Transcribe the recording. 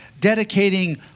dedicating